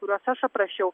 kuriuos aš aprašiau